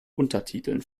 untertiteln